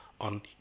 on